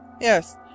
Yes